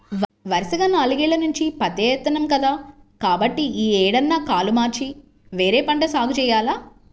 వరసగా నాలుగేల్ల నుంచి పత్తే ఏత్తన్నాం కదా, కాబట్టి యీ ఏడన్నా కాలు మార్చి వేరే పంట సాగు జెయ్యాల